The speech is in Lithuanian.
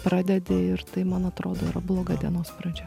pradedi ir tai man atrodo yra bloga dienos pradžia